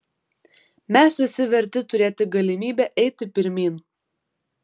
mes visi verti turėti galimybę eiti pirmyn